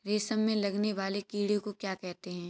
रेशम में लगने वाले कीड़े को क्या कहते हैं?